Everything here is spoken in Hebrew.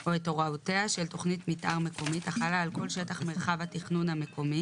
או את הוראותיה של תכנית מתאר מקומית החלה על כל שטח מרחב התכנון המקומי